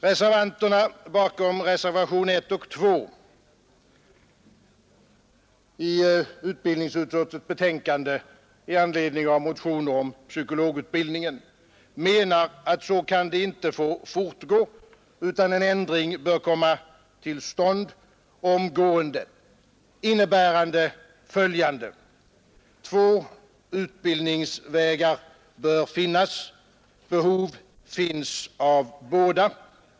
Reservanterna bakom reservationerna 1 och 2 a i utbildningsutskottets betänkande menar att så kan det inte få fortgå, utan en ändring bör komma till stånd omgående, innebärande följande: Två utbildningsvägar bör finnas. Båda behövs.